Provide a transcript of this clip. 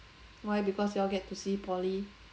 why because you all get to see poly